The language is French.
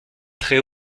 très